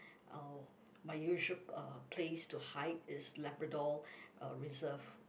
uh my usual uh place to hide is Labrador uh Reserve